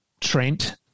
Trent